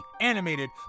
animated